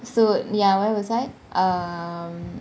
so ya where was I uh